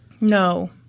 No